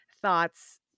thoughts